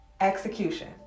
Execution